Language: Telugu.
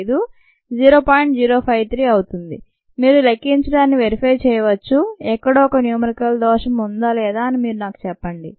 053 అవుతుంది మీరు లెక్కించడాన్ని వెరిఫై చేయవచ్చు ఎక్కడో ఒక న్యూమరికల్ దోషం ఉందా అని నాకు చెప్పండి